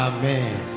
Amen